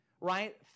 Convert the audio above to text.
right